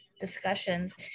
discussions